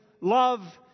love